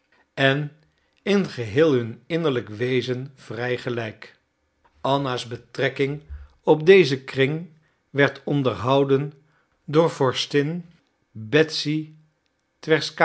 en in geheel hun innerlijk wezen vrij gelijk anna's betrekking op dezen kring werd onderhouden door vorstin betsy twerskaja